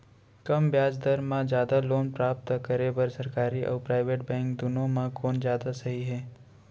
कम ब्याज दर मा जादा लोन प्राप्त करे बर, सरकारी अऊ प्राइवेट बैंक दुनो मा कोन जादा सही हे?